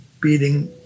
beating